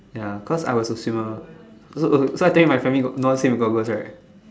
ya cause I was a swimmer so so so I think my family got no one swim with goggles right